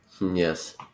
Yes